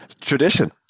tradition